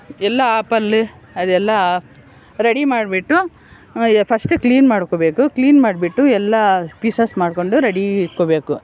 ಎಲ್ಲ ಆಪಲ್ ಎಲ್ಲ ರೆಡಿ ಮಾಡಿಬಿಟ್ಟು ಫಸ್ಟ್ ಕ್ಲೀನ್ ಮಾಡ್ಕೋಬೇಕು ಕ್ಲೀನ್ ಮಾಡಿಬಿಟ್ಟು ಎಲ್ಲ ಪೀಸಸ್ ಮಾಡ್ಕೊಂಡು ರೆಡಿ ಇಟ್ಕೋಬೇಕು